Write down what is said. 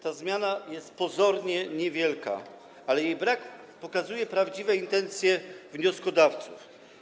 Ta zmiana pozornie jest niewielka, ale jej brak pokazuje prawdziwe intencje wnioskodawców.